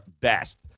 best